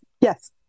Yes